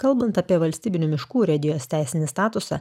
kalbant apie valstybinių miškų urėdijos teisinį statusą